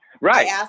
Right